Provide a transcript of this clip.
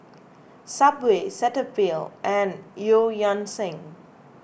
Subway Cetaphil and Eu Yan Sang